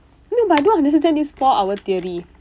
no but I don't understand this four hour theory